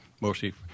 mostly